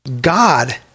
God